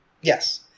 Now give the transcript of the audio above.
Yes